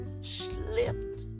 slipped